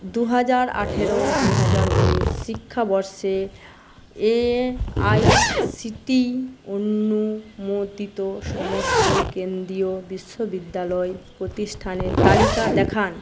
দুহাজার আঠারো দুহাজার উনিশ শিক্ষাবর্ষে A I C T E অনুমোদিত সমস্ত কেন্দ্রীয় বিশ্ববিদ্যালয় প্রতিষ্ঠানের তালিকা দেখান